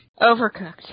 Overcooked